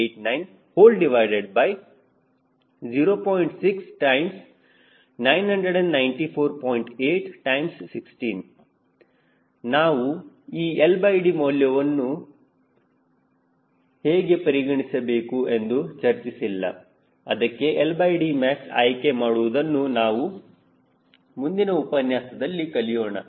816 ನಾವು ಈ LD ಮೌಲ್ಯವನ್ನು ಮೊಲವನ್ನು ಹೇಗೆ ಪರಿಗಣಿಸಬೇಕು ಎಂದು ಚರ್ಚಿಸಿಲ್ಲ ಅದಕ್ಕೆ LDmax ಆಯ್ಕೆ ಮಾಡುವುದನ್ನು ನಾವು ಮುಂದಿನ ಉಪನ್ಯಾಸದಲ್ಲಿ ಕಲಿಯೋಣ